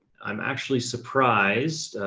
i'm actually surprised,